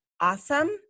awesome